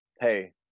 Hey